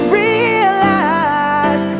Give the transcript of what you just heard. realize